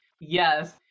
Yes